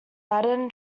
latin